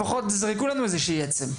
לפחות תזרקו לנו איזו עצם.